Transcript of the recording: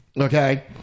Okay